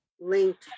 linked